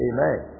Amen